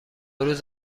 روز